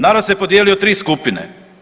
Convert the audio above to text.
Narod se podijelio u tri skupine.